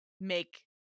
make